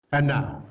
and now,